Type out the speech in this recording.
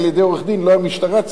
לא המשטרה צריכה לטפל בו,